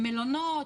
מלונות,